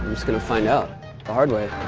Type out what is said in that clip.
um just gonna find out the hard way